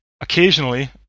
occasionally